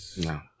No